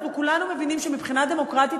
אנחנו כולנו מבינים שמבחינה דמוקרטית